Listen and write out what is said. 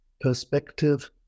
perspective